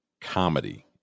comedy